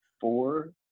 four